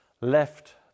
left